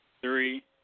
three